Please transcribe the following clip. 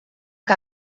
que